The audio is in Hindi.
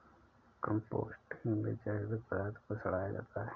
कम्पोस्टिंग में जैविक पदार्थ को सड़ाया जाता है